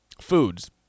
foods